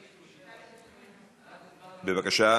בבקשה.